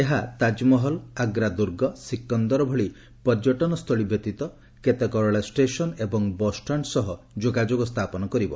ଏହା ତାଜମହଲ୍ ଆଗ୍ରା ଦୁର୍ଗ ସିକନ୍ଦର ଭଳି ପର୍ଯ୍ୟଟନ ସ୍ଥଳୀ ବ୍ୟତୀତ କେତେକ ରେଳ ଷ୍ଟସନ୍ ଏବଂ ବସ୍ଷ୍ଟାଣ୍ଡ୍ ସହ ଯୋଗାଯୋଗ ସ୍ଥାପନ କରିବ